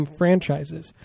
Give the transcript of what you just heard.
franchises